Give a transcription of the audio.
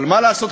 אבל מה לעשות,